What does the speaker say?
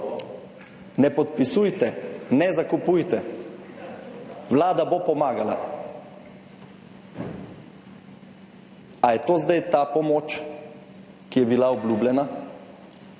ne podpisujte, ne zakupujte vlada bo pomagala. A je to zdaj ta pomoč, ki je bila obljubljena?